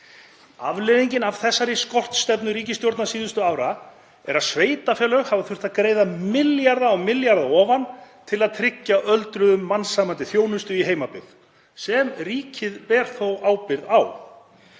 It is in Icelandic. Afleiðingin af þessari skortstefnu ríkisstjórnar síðustu ára er að sveitarfélög hafa þurft að greiða milljarða á milljarða ofan til að tryggja öldruðum mannsæmandi þjónustu í heimabyggð, sem ríkið ber þó ábyrgð á.